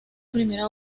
primera